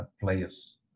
players